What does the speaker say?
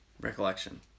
recollection